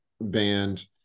band